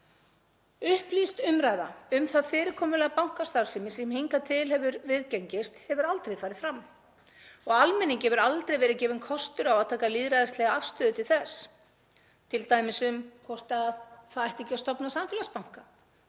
Upplýst umræða um það fyrirkomulag bankastarfsemi sem hingað til hefur viðgengist hefur aldrei farið fram og almenningi hefur aldrei verið gefinn kostur á að taka lýðræðislega afstöðu til þess, t.d. um það hvort ekki ætti að stofna samfélagsbanka,